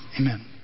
Amen